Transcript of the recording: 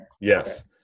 yes